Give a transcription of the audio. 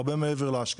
הרבה מעבר להשקעה.